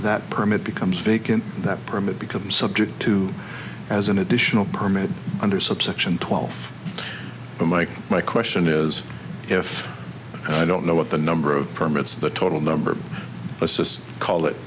that permit becomes vacant that permit become subject to as an additional permit under subsection twelve a mike my question is if i don't know what the number of permits the total number of assists call it